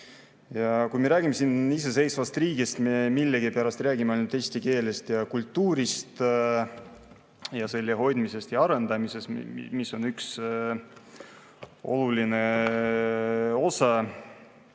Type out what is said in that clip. saa. Kui me räägime iseseisvast riigist, siis me millegipärast räägime ainult eesti keelest ja kultuurist ning selle hoidmisest ja arendamisest, mis on üks oluline osa